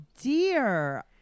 dear